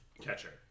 catcher